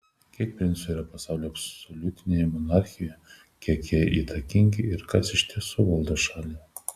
kiek princų yra pasaulio absoliutinėje monarchijoje kiek jie įtakingi ir kas iš tiesų valdo šalį